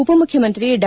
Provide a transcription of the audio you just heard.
ಉಪ ಮುಖ್ಯಮಂತ್ರಿ ಡಾ